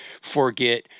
forget